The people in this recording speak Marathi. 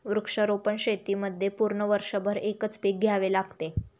वृक्षारोपण शेतीमध्ये पूर्ण वर्षभर एकच पीक घ्यावे लागते